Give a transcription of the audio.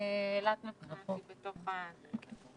<< סיום >> הישיבה ננעלה בשעה 11:55. <<